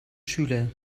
schüler